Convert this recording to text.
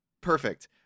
Perfect